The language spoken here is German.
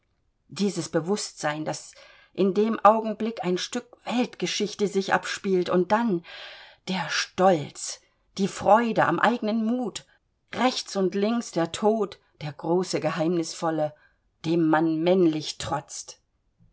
dieses bewußtsein daß in dem augenblicke ein stück weltgeschichte sich abspielt und dann der stolz die freude am eigenen mut rechts und links der tod der große geheimnisvolle dem man männlich trotzt